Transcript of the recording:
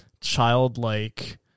childlike